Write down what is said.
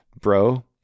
Bro